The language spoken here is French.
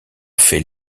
fait